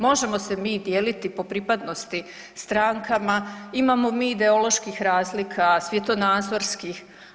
Možemo se mi dijeliti po pripadnosti strankama, imamo mi ideoloških razlika, svjetonazorskih.